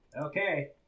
Okay